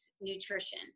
nutrition